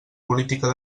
política